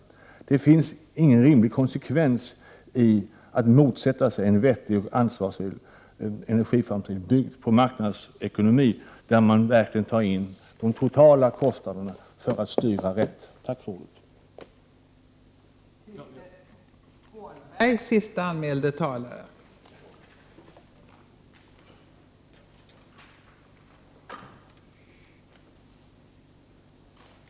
Det finns ingen rimlig konskevens i att motsätta sig en vettig och ansvarsfull energiframtid byggd på marknadsekonomin där man verkligen tar in de totala kostnaderna för att styra rätt. Tack för ordet!